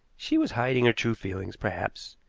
she was hiding her true feelings, perhaps.